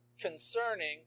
concerning